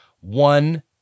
one